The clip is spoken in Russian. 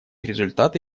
результата